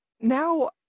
Now